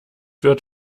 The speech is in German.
wird